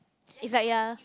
it's like ya